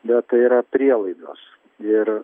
bet tai yra prielaidos ir